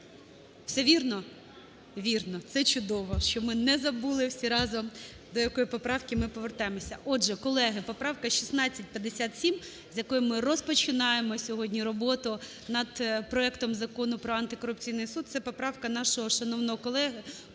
Все вірно? Вірно. Це чудово, що ми не забули всі разом, до якої поправки ми повертаємося. Отже, колеги поправка 1657, з якої ми розпочинаємо сьогодні роботу над проектом Закону про антикорупційний суд, це поправка нашого шановного колеги